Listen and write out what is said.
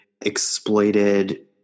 exploited